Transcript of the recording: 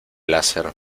láser